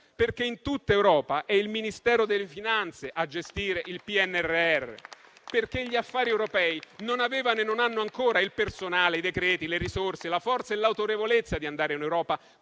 perché in tutta Europa è il Ministero delle finanze a gestire il PNRR. Gli affari europei, infatti, non avevano e non hanno ancora il personale, i decreti, le risorse, la forza e l'autorevolezza di andare in Europa